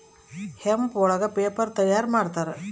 hemp ಒಳಗ paper ತಯಾರ್ ಮಾಡುತ್ತಾರೆ